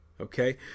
Okay